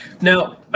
now